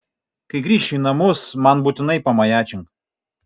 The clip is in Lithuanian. kai grįši į namus man būtinai pamajačink